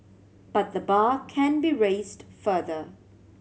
but the bar can be raised further